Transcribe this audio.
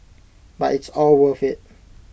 but it's all worth IT